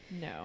No